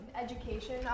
Education